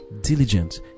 diligent